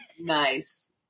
Nice